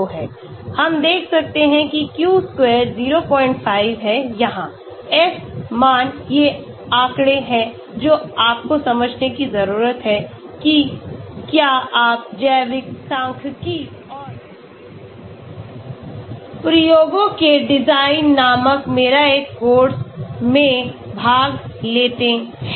हम देख सकते हैं कि q square 05 है यहाँ F मान ये आँकड़े हैं जो आपको समझने की जरूरत है कि क्या आप जैव सांख्यिकी और प्रयोगों के डिजाइन नामक मेरा एक कोर्स में भाग लेते हैं